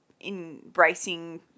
embracing –